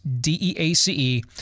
D-E-A-C-E